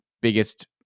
biggest